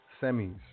semis